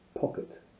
Pocket